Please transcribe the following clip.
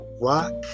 Rock